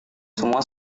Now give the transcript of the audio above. semua